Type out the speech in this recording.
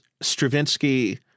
Stravinsky